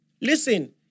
Listen